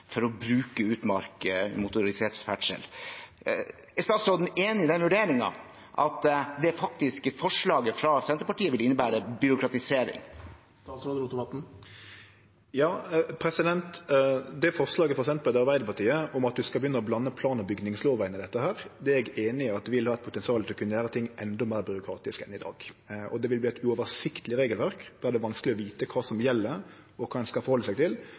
å bruke motorisert ferdsel i utmark. Er statsråden enig i den vurderingen, at det faktiske forslaget fra Senterpartiet vil innebære byråkratisering? Forslaget frå Senterpartiet og Arbeidarpartiet om at vi skal begynne å blande plan- og bygningslova inn i dette, er eg einig i potensielt vil kunne gjere ting endå meir byråkratisk enn i dag. Og det vil verte eit uoversiktleg regelverk, der det vil vere vanskeleg å vite kva som gjeld, og kva ein skal halde seg til.